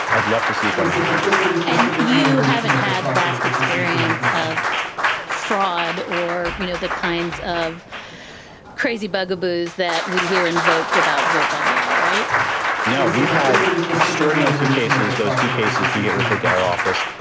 i'd love to see it go national and you haven't had vast experience of fraud or, you know, the kinds of crazy bugaboos that we hear invoked about vote-by-mail right now we've had extraordinary few cases. those few cases do get referred to our office.